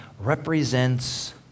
represents